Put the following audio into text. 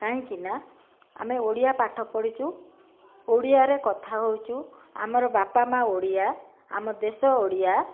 କାହିଁକିନା ଆମେ ଓଡ଼ିଆ ପାଠ ପଢ଼ିଛୁ ଓଡ଼ିଆରେ କଥା ହେଉଛୁ ଆମର ବାପା ମାଆ ଓଡ଼ିଆ ଆମ ଦେଶ ଓଡ଼ିଆ